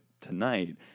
tonight